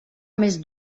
més